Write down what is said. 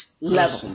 level